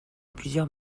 plusieurs